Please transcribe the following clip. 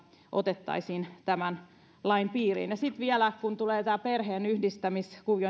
otettaisiin tämän lain piiriin sitten vielä kun tulee tämä perheenyhdistämiskuvio